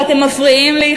אתם מפריעים לי,